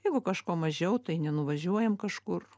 jeigu kažko mažiau tai nenuvažiuojam kažkur